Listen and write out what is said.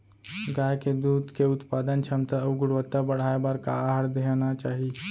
गाय के दूध के उत्पादन क्षमता अऊ गुणवत्ता बढ़ाये बर का आहार देना चाही?